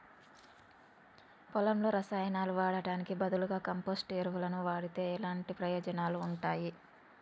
పొలంలో రసాయనాలు వాడటానికి బదులుగా కంపోస్ట్ ఎరువును వాడితే ఎలాంటి ప్రయోజనాలు ఉంటాయి?